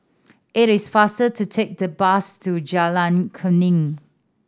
it is faster to take the bus to Jalan Kuning